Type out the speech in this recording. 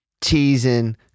teasing